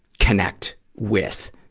connect with.